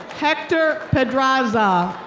hector pedraza.